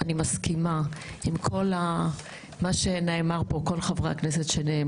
אני מסכימה עם כל הדברים שנאמרו על ידי חברי הכנסת.